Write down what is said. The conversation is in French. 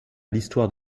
l’histoire